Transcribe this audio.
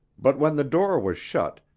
but when the door was shut,